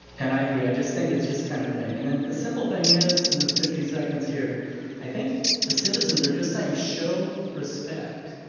and i agree. i just think it's just kind of a thing. and the simple thing is in the fifty seconds here i think the citizens are just saying show respect.